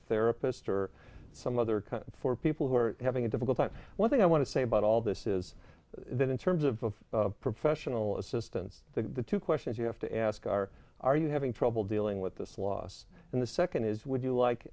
therapist or some other kind for people who are having a difficult but one thing i want to say about all this is that in terms of of professional assistance the two questions you have to ask are are you having trouble dealing with this loss and the nd is would you like